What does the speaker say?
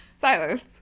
Silence